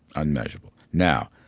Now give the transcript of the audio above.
unmeasurable. now,